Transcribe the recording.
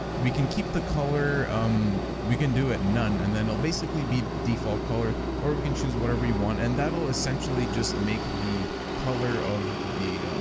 we can keep the color, um we can do it none and then it'll basically be default color or we can choose whatever you want and that will essentially just make the color of the